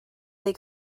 they